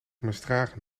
misdragen